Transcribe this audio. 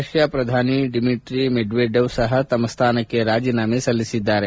Russia ಪ್ರಧಾನಿ Dmitry Medvedev ಸಹ ತಮ್ಮ ಸ್ಥಾನಕ್ಕೆ ರಾಜೀನಾಮೆ ಸಲ್ಲಿಸಿದ್ದಾರೆ